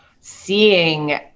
seeing